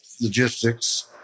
Logistics